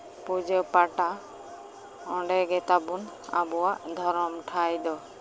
ᱯᱩᱡᱟᱹ ᱯᱟᱴᱟ ᱚᱸᱰᱮ ᱜᱮ ᱛᱟᱵᱚᱱ ᱟᱵᱚᱭᱟᱜ ᱫᱷᱚᱨᱚᱢ ᱴᱷᱟᱸᱭ ᱫᱚ